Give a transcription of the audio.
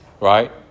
right